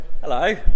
Hello